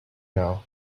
now